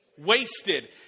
wasted